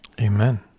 Amen